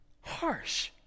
harsh